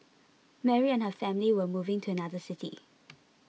Mary and her family were moving to another city